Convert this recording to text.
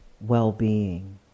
well-being